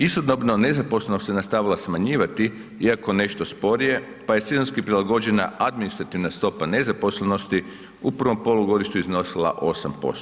Istodobno nezaposlenost se nastavila smanjivati iako nešto sporije pa je sezonski prilagođena administrativna stopa nezaposlenosti u prvom polugodištu iznosila 8%